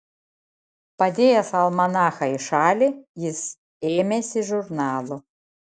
padėjęs almanachą į šalį jis ėmėsi žurnalų